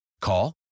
Call